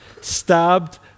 stabbed